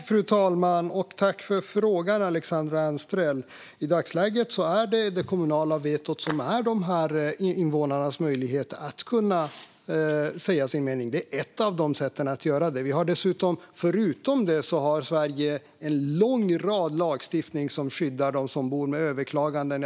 Fru talman! Tack, Alexandra Anstrell, för frågan! I dagsläget är det kommunala vetot dessa invånares möjlighet att säga sin mening, eller ett av sätten att göra det. Förutom detta har Sverige gott om lagstiftning som skyddar de boende. Det handlar bland annat om överklaganden.